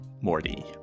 Morty